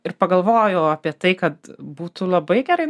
ir pagalvojau apie tai kad būtų labai gerai